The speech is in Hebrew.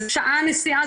זה שעה נסיעה,